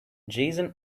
jason